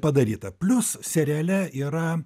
padaryta plius seriale yra